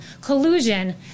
collusion